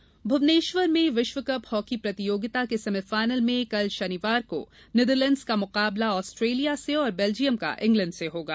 hockey Bhubaneswar में विश्वकप hockey प्रतियोगिता के सेमीफाइनल में कल शनिवार नीदरलैण्ड्स का मुकाबला ऑस्ट्रेलिया से और बेल्जियम का इंग्लैण्ड से होगा